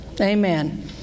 amen